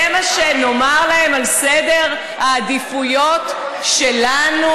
זה מה שנאמר להם על סדר העדיפויות שלנו?